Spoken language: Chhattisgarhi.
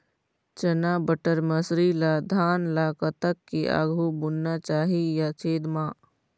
चना बटर मसरी ला धान ला कतक के आघु बुनना चाही या छेद मां?